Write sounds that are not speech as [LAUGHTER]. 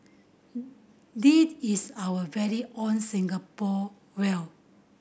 [NOISE] this is our very own Singapore whale